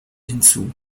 hinzu